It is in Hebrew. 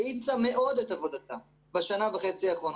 האיצה מאוד את עבודתה בשנה וחצי האחרונות,